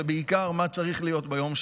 ובעיקר מה צריך להיות ביום שאחרי.